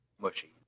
mushy